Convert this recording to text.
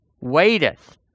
waiteth